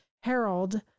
Harold